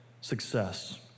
success